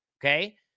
Okay